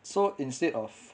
so instead of